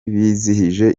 bizihije